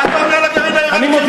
מה אתה עונה על הגרעין האיראני,